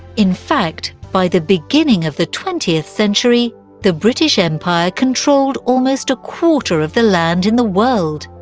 in fact, by the beginning of the twentieth century the british empire controlled almost a quarter of the land in the world!